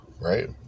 right